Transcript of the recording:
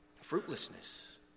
Fruitlessness